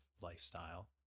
lifestyle